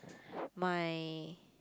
my